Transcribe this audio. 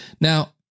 Now